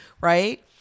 Right